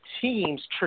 teams